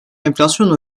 enflasyon